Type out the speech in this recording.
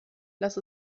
lass